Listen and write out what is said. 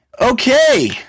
Okay